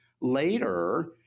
later